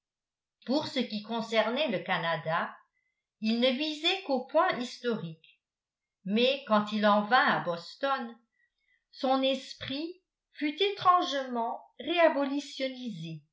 pour ce qui concernait le canada il ne visait qu'aux points historiques mais quand il en vint à boston son esprit fut étrangement